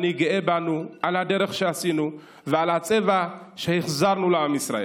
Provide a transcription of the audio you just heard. אני גאה בנו על הדרך שעשינו ועל הצבע שהחזרנו לעם ישראל,